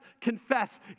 confess